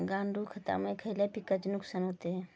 गांडूळ खतामुळे खयल्या पिकांचे नुकसान होते?